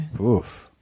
Oof